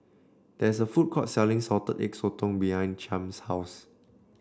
there is a food court selling Salted Egg Sotong behind Chaim's house